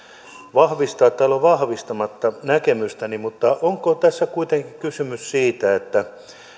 vahvistaa tai olla vahvistamatta näkemystäni että tässä on kuitenkin kysymys siitä että